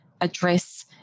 address